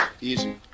Easy